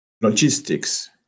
logistics